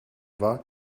war